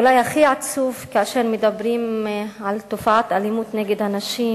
אולי הכי עצוב כאשר מדברים על תופעת האלימות נגד הנשים